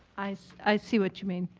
i so i see what you mean.